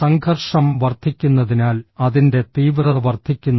സംഘർഷം വർദ്ധിക്കുന്നതിനാൽ അതിന്റെ തീവ്രത വർദ്ധിക്കുന്നു